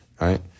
right